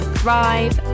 thrive